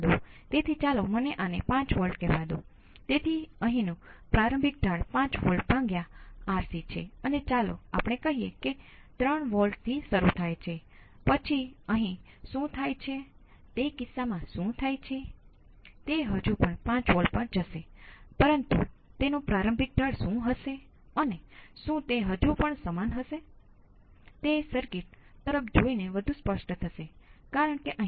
તેથી તમે સર્કિટમાં તમામ અવરોધને ઓપન સર્કિટ કરી અને કેપેસિટરના વોલ્ટેજ શોધો પરંતુ સર્કિટના નિરીક્ષણ દ્વારા કોઈપણ રીતે તે કહી શકે કે વોલ્ટેજ સ્રોત અને કેપેસિટર ધરાવતી લૂપ્સ છે કે નહીં